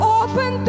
open